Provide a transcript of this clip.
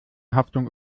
haftung